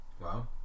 wow